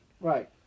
Right